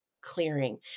clearing